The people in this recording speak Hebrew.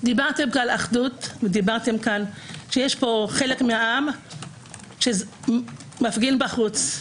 דיברתם על אחדות ואמרתם שחלק מהעם מפגין בחוץ.